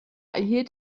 erhielt